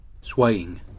Swaying